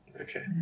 Okay